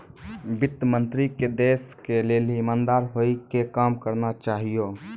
वित्त मन्त्री के देश के लेली इमानदार होइ के काम करना चाहियो